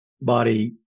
body